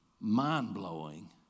Mind-blowing